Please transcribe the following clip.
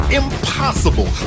impossible